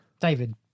David